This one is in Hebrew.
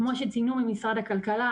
כמו שציין משרד הכלכלה,